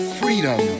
freedom